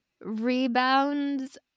rebounds